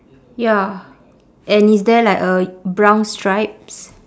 ya and is there like a brown stripes